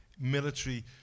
military